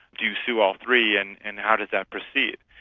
do you sue all three, and and how does that proceed?